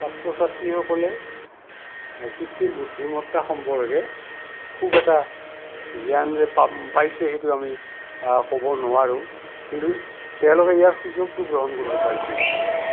ছাত্ৰ ছাত্ৰীসকলে কৃত্ৰিম বুদ্ধিমত্তা সম্পৰ্কে খুব এটা জ্ঞান যে পাম পাইছে সেইটো আমি ক'ব নোৱাৰোঁ কিন্তু তেওঁলোকে ইয়াৰ সুযোগটো গ্ৰহণ কৰিব পাৰিছে কিন্তু